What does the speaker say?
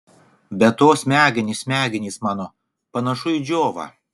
be to smegenys smegenys mano panašu į džiovą